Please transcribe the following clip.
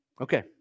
Okay